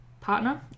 partner